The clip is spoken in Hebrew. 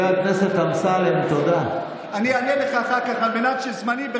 חברת הכנסת שטרית.